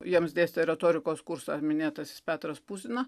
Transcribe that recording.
jiems dėstė retorikos kursą minėtasis petras puzina